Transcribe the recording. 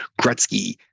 Gretzky